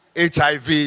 HIV